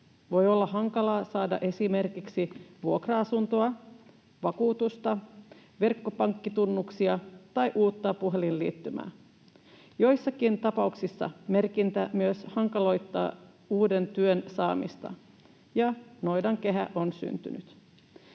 Voi olla hankalaa saada esimerkiksi vuokra-asuntoa, vakuutusta, verkkopankkitunnuksia tai uutta puhelinliittymää. Joissakin tapauksissa merkintä myös hankaloittaa uuden työn saamista — ja noidankehä on syntynyt.